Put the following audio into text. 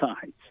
sides